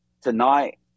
tonight